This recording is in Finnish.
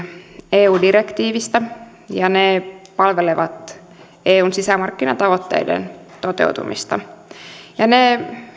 eu direktiivistä ja ne palvelevat eun sisämarkkinatavoitteiden toteutumista ne